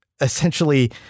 essentially